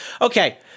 Okay